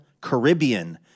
Caribbean